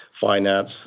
finance